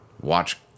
watch